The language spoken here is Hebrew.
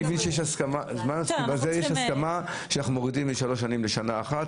לגבי זה אני מבין שיש הסכמה שמורידים משלוש שנים לשנה אחת